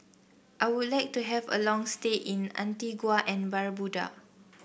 I would like to have a long stay in Antigua and Barbuda